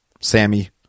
Sammy